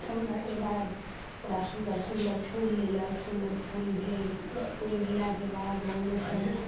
पंगलाके बाद ओकरा सुन्दर सुन्दर फूल लेलहुँ सुन्दर फूल भेल फूल भेलाके बाद ओहिमेसँ